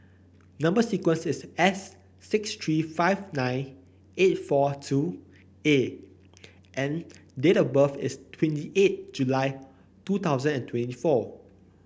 number sequence is S six three five nine eight four two A and date of birth is twenty eight July two thousand and twenty four